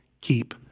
keep